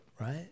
right